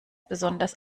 besonders